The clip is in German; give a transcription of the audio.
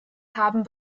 haben